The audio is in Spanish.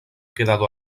quedado